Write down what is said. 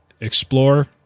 Explore